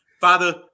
father